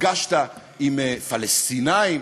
נפגשת עם פלסטינים.